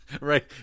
Right